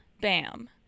bam